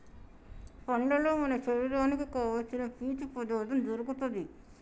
పండ్లల్లో మన శరీరానికి కావాల్సిన పీచు పదార్ధం దొరుకుతది